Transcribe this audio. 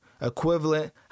equivalent